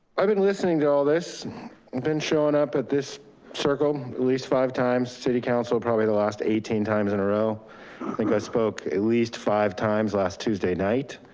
i've been listening to all this been showing up at this circle, at least five times city council, probably the last eighteen times in a row. i think i spoke at least five times last tuesday night.